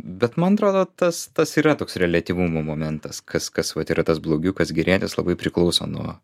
bet man atrodo tas tas yra toks reliatyvumo momentas kas kas vat yra tas blogiukas gerietis labai priklauso nuo